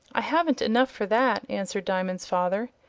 i haven't enough for that, answered diamond's father.